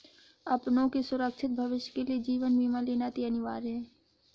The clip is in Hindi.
अपनों के सुरक्षित भविष्य के लिए जीवन बीमा लेना अति अनिवार्य है